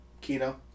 Kino